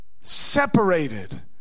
separated